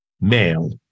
male